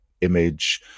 image